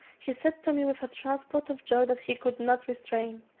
he said to me with a transport of joy that he could not restrain,